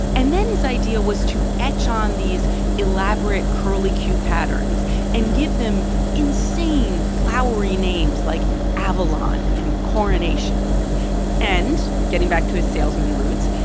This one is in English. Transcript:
and then his idea was to etch on these elaborate curlicue patterns and give them insane flowery names like avalon and coronation and getting back to his salesman roots,